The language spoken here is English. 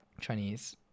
Chinese